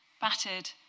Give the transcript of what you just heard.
battered